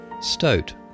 stoat